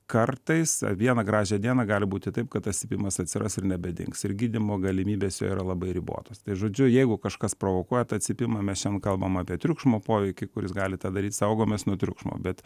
kartais vieną gražią dieną gali būti taip kad tas cypimas atsiras ir nebedings ir gydymo galimybės jo yra labai ribotos žodžiu jeigu kažkas provokuoja tą cypimą mes šiandien kalbam apie triukšmo poveikį kuris gali tą daryt saugomės nuo triukšmo bet